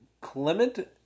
Clement